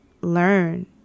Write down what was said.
learn